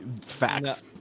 Facts